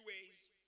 ways